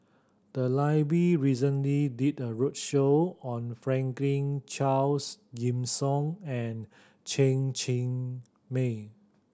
the library recently did a roadshow on Franklin Charles Gimson and Chen Cheng Mei